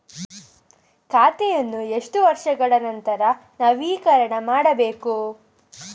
ಖಾತೆಯನ್ನು ಎಷ್ಟು ವರ್ಷಗಳ ನಂತರ ನವೀಕರಣ ಮಾಡಬೇಕು?